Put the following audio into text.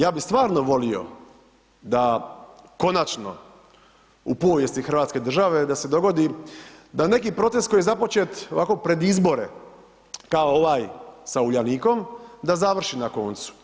Ja bi stvarno volio da konačno u povijesti hrvatske države da se dogodi da neki proces koji je započet ovako pred izbore kao ovaj sa Uljanikom, da završi na koncu.